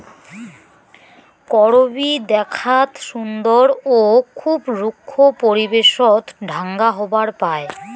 করবী দ্যাখ্যাত সুন্দর ও খুব রুক্ষ পরিবেশত ঢাঙ্গা হবার পায়